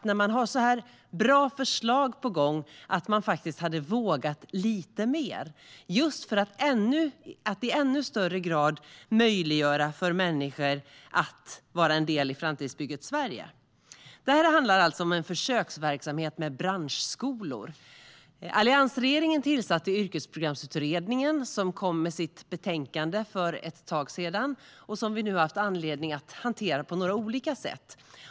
När man har så här bra förslag på gång hade jag önskat att man faktiskt hade vågat lite mer, just för att i ännu högre grad möjliggöra för människor att vara en del i framtidsbygget Sverige. Det handlar alltså om en försöksverksamhet med branschskolor. Alliansregeringen tillsatte Yrkesprogramsutredningen, som kom med sitt betänkande för ett tag sedan. Det har vi haft anledning att hantera på några olika sätt.